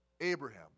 Abraham